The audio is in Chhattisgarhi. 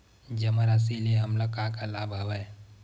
जमा राशि ले हमला का का लाभ हवय?